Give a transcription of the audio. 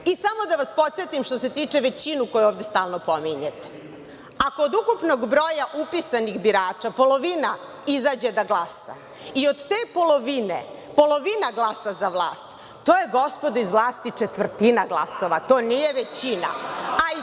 GD/JGSamo da vas podsetim što se tiče većine koju ovde stalno pominjite. Ako od ukupnog broja upisanih birača polovina izađe da glasa i od te polovine, polovina glasa za vlast, to je, gospodo iz vlasti, četvrtina glasova. To nije većina.